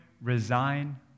resign